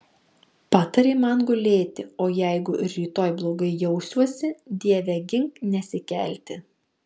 patarė man gulėti o jeigu ir rytoj blogai jausiuosi dieve gink nesikelti